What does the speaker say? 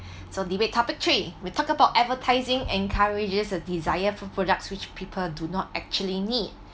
so debate topic three we talked about advertising encourages a desire for products which people do not actually need